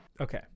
okay